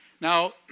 Now